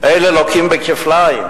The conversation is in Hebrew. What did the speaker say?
אלה לוקים כפליים.